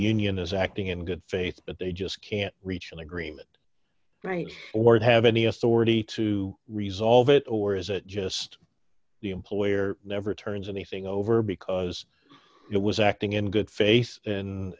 union is acting in good faith but they just can't reach an agreement right or have any authority to resolve it or is it just the employer never turns anything over because it was acting in good faith and